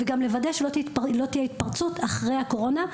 וגם לוודא שלא תהיה התפרצות אחרי הקורונה,